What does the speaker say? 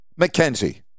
McKenzie